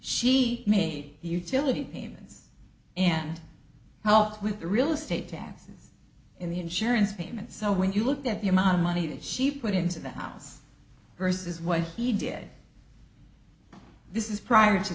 she made utility payments and helped with the real estate taxes in the insurance payment so when you look at the amount of money that she put into the house versus what he did this is prior to